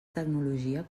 tecnologia